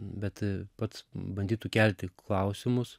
bet pats bandytų kelti klausimus